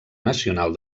nacional